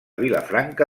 vilafranca